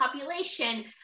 population